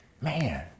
man